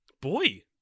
boy